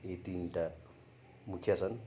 यी तिनवटा मुख्य छन्